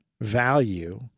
value